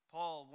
Paul